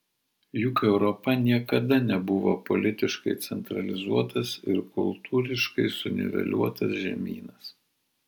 juk europa niekada nebuvo politiškai centralizuotas ir kultūriškai suniveliuotas žemynas